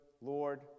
Lord